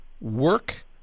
work